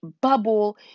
bubble